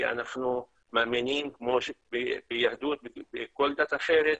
כי אנחנו מאמינים כמו ביהדות ובכל דת אחרת,